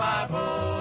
Bible